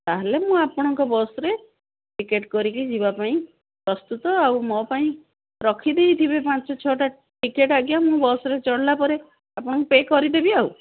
ତା'ହେଲେ ମୁଁ ଆପଣଙ୍କ ବସ୍ରେ ଟିକେଟ୍ କରିକି ଯିବା ପାଇଁ ପ୍ରସ୍ତୁତ ଆଉ ମୋ ପାଇଁ ରଖିଦେଇଥିବେ ପାଞ୍ଚ ଛଅଟା ଟିକେଟ୍ ଆଜ୍ଞା ମୁଁ ବସ୍ରେ ଚଢ଼ିଲା ପରେ ଆପଣଙ୍କୁ ପେ କରିଦେବି ଆଉ